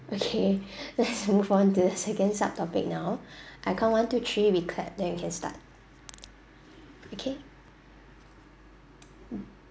okay let's move on the second subtopic now I count one two three we clap then we can start okay